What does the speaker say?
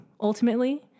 ultimately